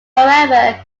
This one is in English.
however